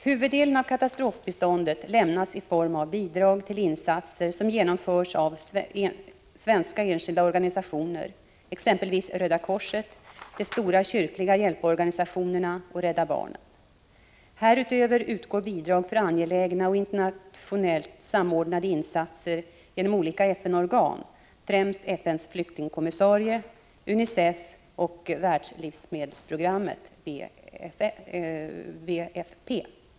Huvuddelen av katastrofbiståndet lämnas i form av bidrag till insatser som genomförs av svenska enskilda organisationer, exempelvis Röda korset, de stora kyrkliga hjälporganisationerna och Rädda barnen. Härutöver utgår bidrag för angelägna och internationellt samordnade insatser genom olika FN-organ, främst FN:s flyktingkommissarie, UNICEF och Världslivsmedelsprogrammet .